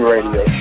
Radio